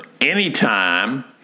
anytime